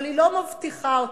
אבל היא לא מבטיחה אותו,